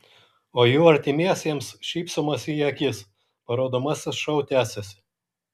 o jų artimiesiems šypsomasi į akis parodomasis šou tęsiasi